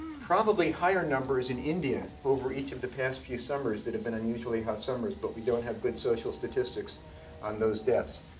probably higher numbers in india over each of the past few summers that have been unusually hot summers, but we don't have good social statistics on those deaths.